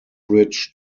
bridge